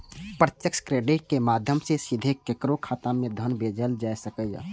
प्रत्यक्ष क्रेडिट के माध्यम सं सीधे केकरो खाता मे धन भेजल जा सकैए